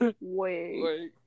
Wait